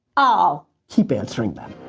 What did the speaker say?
ah keep answering them.